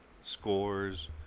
scores